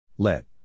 Let